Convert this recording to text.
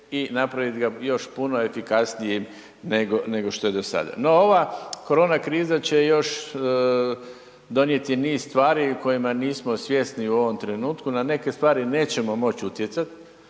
i napraviti ga još puno efikasnijim nego što je do sada. No, ova korona kriza će još donijeti niz stvari o kojima nismo svjesni u ovom trenutku, na neke stvari nećemo moći utjecati,